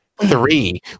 three